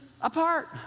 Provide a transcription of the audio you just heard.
apart